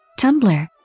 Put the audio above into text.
Tumblr